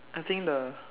I think the